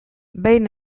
behin